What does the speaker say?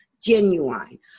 Genuine